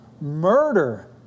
murder